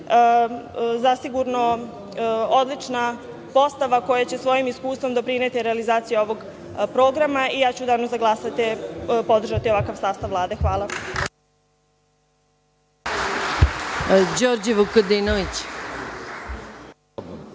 zasigurno odlična postava koja će svojim iskustvom doprineti realizaciji ovog programa i u Danu za glasanje podržaću ovakav sastav Vlade. Hvala.